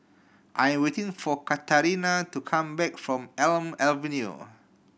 I am waiting for Katarina to come back from Elm Avenue